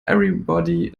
everybody